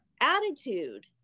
attitude